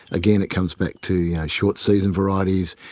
again, it comes back to yeah short-season varieties,